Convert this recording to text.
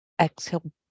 Exhale